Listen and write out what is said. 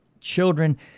children